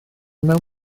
mewn